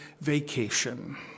vacation